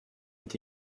est